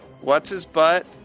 What's-his-butt